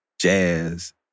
jazz